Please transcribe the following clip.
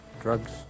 drugs